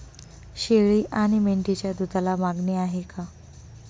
शेळी आणि मेंढीच्या दूधाला मागणी आहे का?